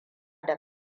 da